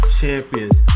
champions